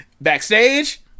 Backstage